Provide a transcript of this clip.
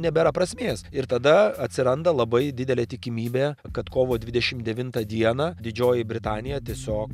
nebėra prasmės ir tada atsiranda labai didelė tikimybė kad kovo dvidešimt devintą dieną didžioji britanija tiesiog